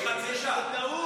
חצי שעה.